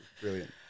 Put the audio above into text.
Brilliant